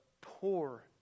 poor